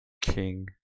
King